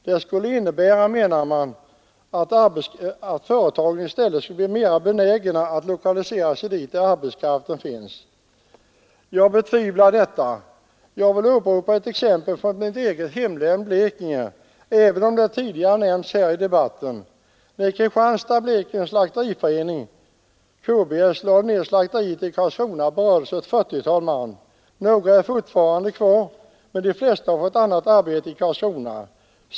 Det skulle innebära, menar man, att företagen i stället skulle bli mer benägna att lokalisera sig dit där arbetskraften finns. Jag betvivlar detta. Jag vill åberopa ett exempel från mitt hemlän Blekinge, trots att det tidigare nämnts i debatten. När Kristianstad-Blekinge slakteriförening, KBS, lade ned slakteriet i Karlskrona berördes ett fyrtiotal man. Några är fortfarande kvar på slakteriet, men de flesta har fått annat arbete i Karlskrona.